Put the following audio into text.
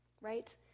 right